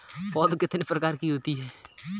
पौध कितने प्रकार की होती हैं?